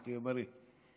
תהיה בריא.